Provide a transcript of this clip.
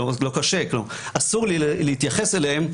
כלומר אסור לי להתייחס אליהם,